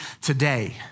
today